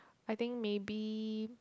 I think maybe